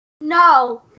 No